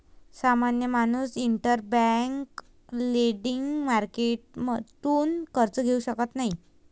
सामान्य माणूस interbank lending मार्केटतून कर्ज घेऊ शकत नाही